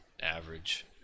average